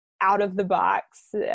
out-of-the-box